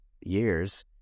years